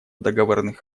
договорных